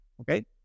Okay